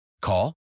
Call